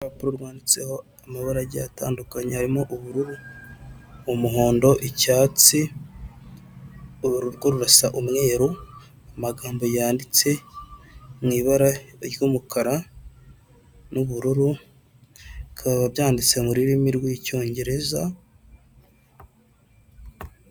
Urupapuro rwanditseho amabara agiye atandukanye, harimo ubururu, umuhondo, icyatsi rwo rurasa umweru, amagambo yanditse mu ibara ry'umukara n'ubururu, bikaba byanditse mu rurimi rw'icyongereza.